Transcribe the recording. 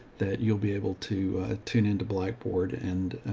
that you'll be able to tune into blackboard and,